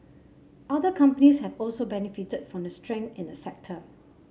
other companies have also benefited from the strength in the sector